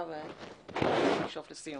בדיוק.